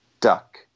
duck